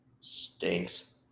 Stinks